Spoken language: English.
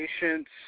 Patients